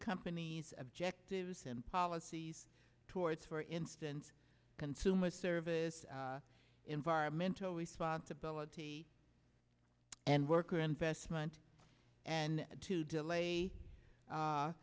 company's objectives and policies towards for instance consumer service environmental responsibility and worker investment and to delay